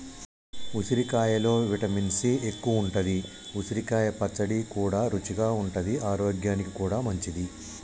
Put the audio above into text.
ఉసిరికాయలో vitamin C ఎక్కువుంటది, ఉసిరికాయ పచ్చడి కూడా రుచిగా ఉంటది ఆరోగ్యానికి కూడా మంచిది